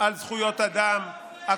על זכויות אדם, על מי אתה עובד?